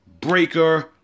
Breaker